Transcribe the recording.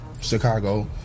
Chicago